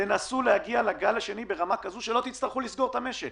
תנסו להגיע לגל השני ברמה כזאת שלא תצטרכו לסגור את המשק.